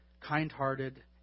kind-hearted